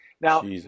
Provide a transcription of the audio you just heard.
Now